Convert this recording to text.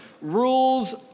rules